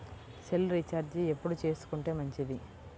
Cell recharge ఎప్పుడు చేసుకొంటే మంచిది?